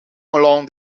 along